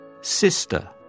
Sister